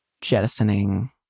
jettisoning